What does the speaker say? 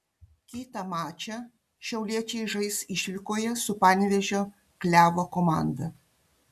kitą mačą šiauliečiai žais išvykoje su panevėžio klevo komanda